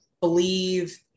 believe